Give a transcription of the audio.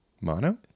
Mono